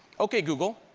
ok google,